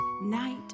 night